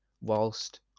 whilst